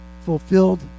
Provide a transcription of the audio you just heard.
fulfilled